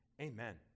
Amen